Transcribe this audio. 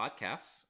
Podcasts